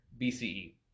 BCE